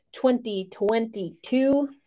2022